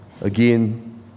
again